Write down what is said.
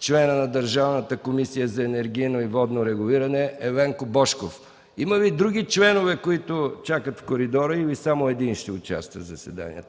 члена на Държавната комисия за енергийно и водно регулиране Еленко Божков. Има ли други членове, които чакат в коридора, или само един ще участва в заседанието?